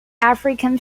african